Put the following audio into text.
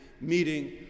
meeting